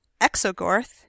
Exogorth